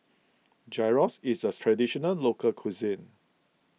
Gyros is a Traditional Local Cuisine